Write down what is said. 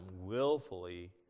willfully